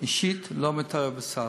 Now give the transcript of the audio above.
אישית, לא מתערב בסל.